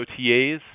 OTAs